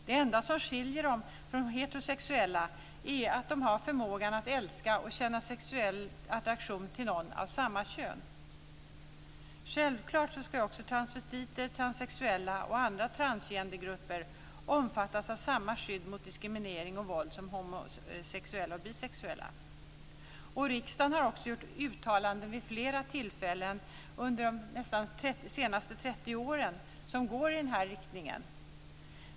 Det enda som skiljer dem från heterosexuella är att de har förmågan att älska och känna sexuell attraktion till någon av samma kön. Självklart ska också transvestiter, transsexuella och andra transgendergrupper omfattas av samma skydd mot diskriminering och våld som homosexuella och bisexuella. Riksdagen har också gjort uttalanden vid flera tillfällen under de senaste ca 30 åren som går i den här riktningen.